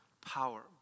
power